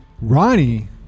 Ronnie